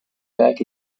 back